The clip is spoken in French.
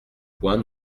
point